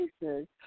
places